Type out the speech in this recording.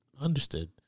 Understood